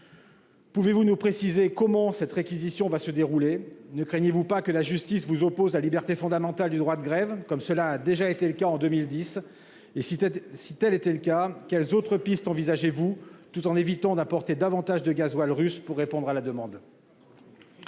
Pouvez-vous nous préciser comment cette réquisition se déroulera ? Ne craignez-vous pas que la justice vous oppose la liberté fondamentale du droit de grève, comme cela s'est déjà produit en 2010 ? Si tel était le cas, quelles autres pistes pourriez-vous envisager, tout en évitant d'importer davantage de gazole russe, afin de répondre à la demande ?